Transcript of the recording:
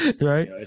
Right